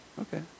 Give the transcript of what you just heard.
Okay